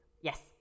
Yes